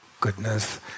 Goodness